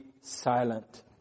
silent